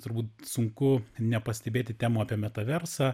turbūt sunku nepastebėti temų apie metaversą